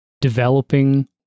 developing